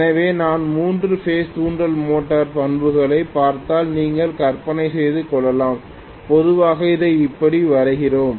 எனவே நான் மூன்று பேஸ் தூண்டல் மோட்டார் பண்புகளைப் பார்த்தால் நீங்கள் கற்பனை செய்து கொள்ளலாம் பொதுவாக இதை இப்படி வரைகிறோம்